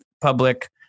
public